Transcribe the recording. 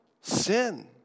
sin